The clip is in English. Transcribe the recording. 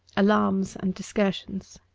alarms and discursions.